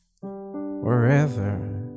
Wherever